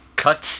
cuts